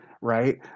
right